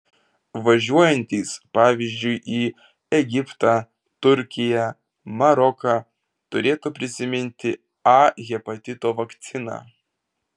važiuojantys pavyzdžiui į egiptą turkiją maroką turėtų prisiminti a hepatito vakciną